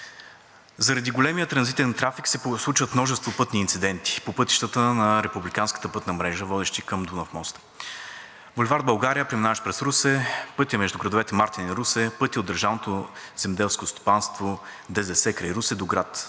Заради големия транзитен трафик се случват множество пътни инциденти по пътищата на републиканската пътна мрежа, водещи към Дунав мост: булевард „България“, преминаващ през Русе; пътя между градовете Мартен и Русе; пътя от Държавното земеделско стопанство – ДЗС, край Русе до град Русе,